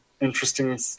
interesting